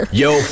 yo